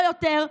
לא יותר,